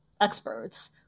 experts